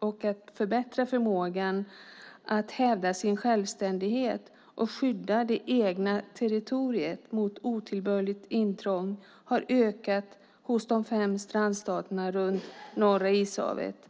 och förbättra förmågan att hävda sin självständighet och skydda det egna territoriet mot otillbörligt intrång har ökat hos de fem strandstaterna runt Norra ishavet.